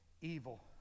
evil